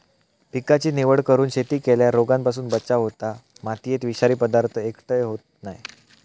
पिकाची निवड करून शेती केल्यार रोगांपासून बचाव होता, मातयेत विषारी पदार्थ एकटय होयत नाय